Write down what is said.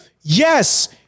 yes